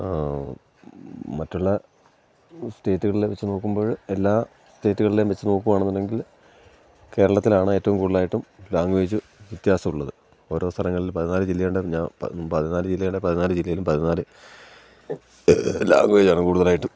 മറ്റുള്ള സ്റ്റേറ്റുകളിലെ വെച്ച് നോക്കുമ്പോഴ എല്ലാ സ്റ്റേറ്റുകളിലും വെച്ച് നോക്കുവാണെന്നുണ്ടെങ്കിൽ കേരളത്തിലാണ് ഏറ്റവും കൂടുതലായിട്ടും ലാംഗ്വേജ് വ്യത്യാസമുള്ളത് ഓരോ സ്ഥലങ്ങളിൽ പതിനാല് ജില്ലേണ്ടെ ഞാ പതിനാല് ജില്ലേണ്ട പതിനാല് ജില്ലയിലും പതിനാല് ലാംഗ്വേജാണ് കൂടുതലായിട്ടും